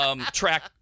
track